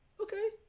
Okay